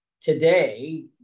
Today